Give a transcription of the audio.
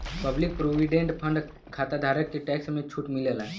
public provident fund खाताधारक के tax में छूट मिलला